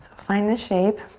find the shape